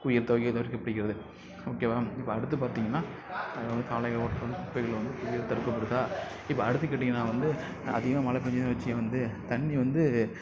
குவியல் ஓகே வா இப்போ அடுத்து பார்த்தீங்கன்னா அதாவது சாலை ஓரத்தில் வந்து குப்பைகள் வந்து குவிகிறது தடுக்கப்படுதா இப்போ அடுத்தது கேட்டீங்கன்னா வந்து அதிகமாக மழை பேய்ததுன்னு வந்து தண்ணி வந்து